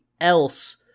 else